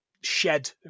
shed